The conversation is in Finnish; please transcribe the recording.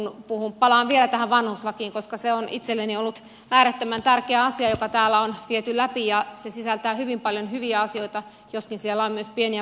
palaan vielä vanhuslakiin koska se on itselleni ollut äärettömän tärkeä asia joka täällä on viety läpi ja se sisältää hyvin paljon hyviä asioita joskin siellä on myös pieniä porsaanreikiä